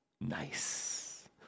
Nice